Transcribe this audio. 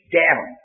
down